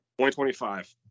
2025